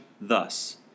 thus